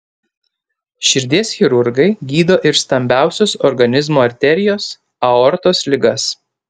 širdies chirurgai gydo ir stambiausios organizmo arterijos aortos ligas